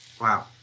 wow